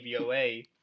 DVOA